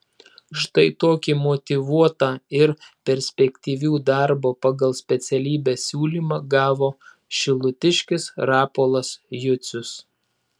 štai tokį motyvuotą ir perspektyvių darbo pagal specialybę siūlymą gavo šilutiškis rapolas jucius